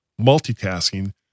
multitasking